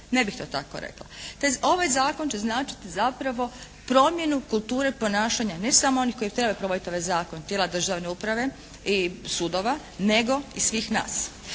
Ne bih to tako rekla. Ovaj zakon će značiti zapravo promjenu kulture ponašanja ne samo onih koji bi trebali provoditi ovaj zakon, tijela državne uprave i sudova, nego i svih nas.